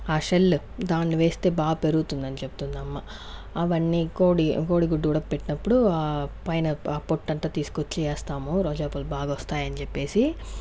ఆ షెల్ దాని వేస్తే బాగా పెరుగుతుందని చెప్తుంది అమ్మ అవన్నీ కోడి కోడిగుడ్లు ఉడకపెట్టినప్పుడు పైన పొట్టు అంతా తీసుకొచ్చి వేస్తాము రోజా పూలు బాగా వస్తాయని చెప్పేసి